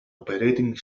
operating